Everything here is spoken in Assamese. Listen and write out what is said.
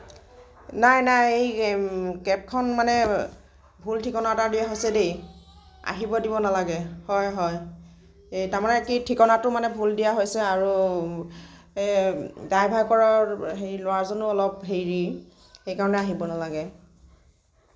নাই নাই এই কেবখন মানে ভুল ঠিকনা এটা দিয়া হৈছে দেই আহিব দিব নালাগে হয় হয় এই তাৰ মানে কি ঠিকনাটো ভুল দিয়া হৈছে আৰু এই ড্ৰাইভাৰ কৰা হেৰি ল'ৰাজনো অলপ হেৰি সেই কাৰণে আহিব নালাগে